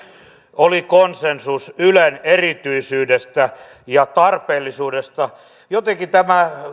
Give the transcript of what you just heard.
oli konsensus ylen erityisyydestä ja tarpeellisuudesta jotenkin tämä